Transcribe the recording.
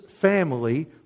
family